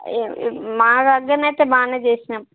మా దగ్గర అయితే బాగా చేసినాం